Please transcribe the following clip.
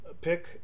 pick